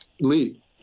Lee